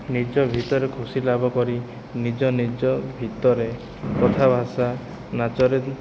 ନିଜ ଭିତରେ ଖୁସି ଲାଭ କରି ନିଜ ନିଜ ଭିତରେ କଥା ଭାଷା ନାଚରେ ବି